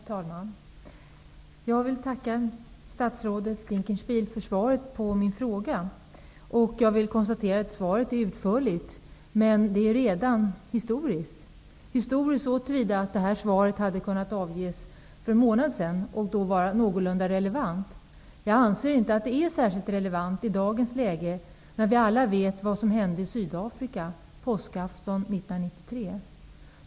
Herr talman! Jag tackar statsrådet Dinkelspiel för svaret på min fråga och konstaterar att det är utförligt. Men svaret är redan historiskt så till vida att det hade kunnat avges för en månad sedan, för då hade det varit någorlunda relevant. Jag anser alltså inte att svaret är särskilt relevant i dag, när alla vet vad som hände i Sydafrika påskafton 1993.